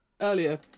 earlier